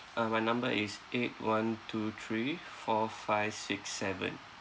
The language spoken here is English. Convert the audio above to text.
uh my number is eight one two three four five six seven